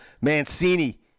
Mancini